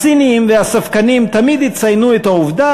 הציניים והספקנים תמיד יציינו את העובדה